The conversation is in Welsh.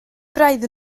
braidd